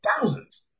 thousands